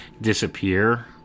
disappear